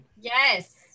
yes